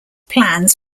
plans